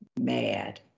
mad